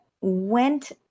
went